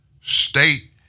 state